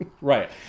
Right